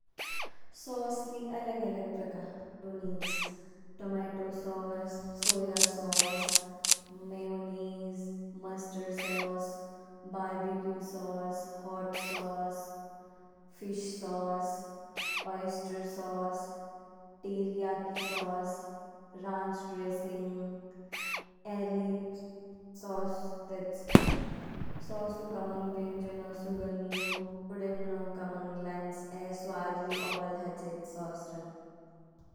सॉस ली अलग-अलग प्रकार ऊ नीच। Tomato sauce, soya sauce, mayonnaise, mustard sauce, barbecue sauce, hot sauce, fish sauce, oyster sauce, teriyaki sauce, ranch dressing. ए ली सॉस तच, सॉसों ऊ व्यंजनों सुगंध ऊ इडेन्नो कमांग लांच। ए स्वाद ली ओबोल हाचिद सॉस रंग।